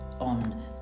on